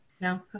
No